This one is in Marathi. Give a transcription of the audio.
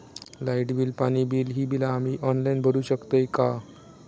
लाईट बिल, पाणी बिल, ही बिला आम्ही ऑनलाइन भरू शकतय का?